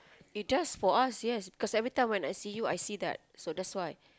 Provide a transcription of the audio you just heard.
it does for us yes because every time when I see you I see that so that's why